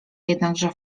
jednakże